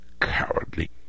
cowardly